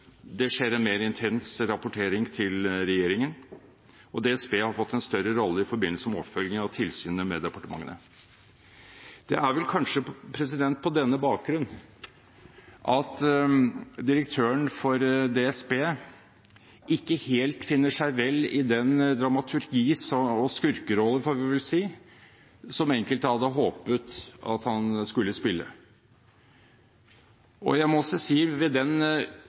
Det skjer en mer intens rapportering til regjeringen, og DSB har fått en større rolle i forbindelse med oppfølgingen av tilsynet med departementene. Det er vel kanskje på denne bakgrunn at direktøren for DSB ikke helt finner seg vel i den dramaturgi – og skurkerolle, får vi vel si – som enkelte hadde håpet at han skulle spille. Jeg må også si at den